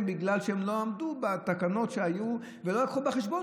בגלל שהם לא עמדו בתקנות שהיו ולא לקחו בחשבון